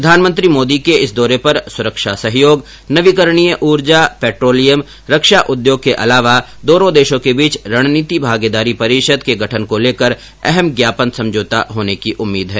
प्रधानमंत्री मोदी के इस दौर पर सुरक्षा सहयोग नवीकरणीय ऊर्जा पेट्रोलियम रक्षा उद्योग के अलावा दोनों देशों के बीच रणनीति भागीदारी परिषद के लेकर अहम ज्ञापन समझौता होने की उम्मीद है